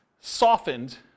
softened